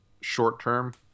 short-term